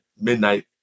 midnight